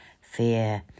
fear